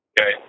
Okay